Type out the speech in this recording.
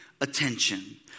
attention